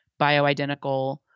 bioidentical